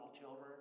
children